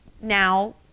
now